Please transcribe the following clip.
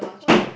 what did